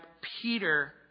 Peter